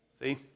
see